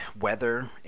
weather